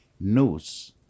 knows